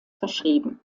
verschrieben